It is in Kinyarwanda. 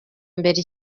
mbere